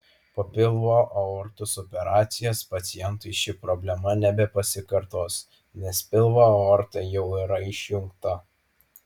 po pilvo aortos operacijos pacientui ši problema nebepasikartos nes pilvo aorta jau yra išjungta